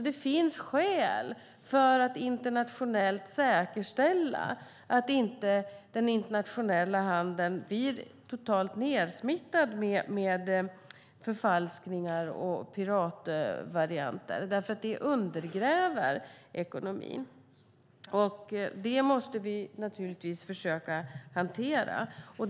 Det finns skäl att internationellt säkerställa att den internationella handeln inte blir totalt nedsmittad med förfalskningar och piratvarianter, för det undergräver ekonomin. Det måste vi förstås försöka hantera.